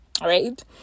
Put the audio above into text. Right